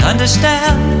understand